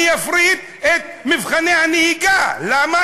אני אפריט את מבחני הנהיגה, למה?